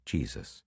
Jesus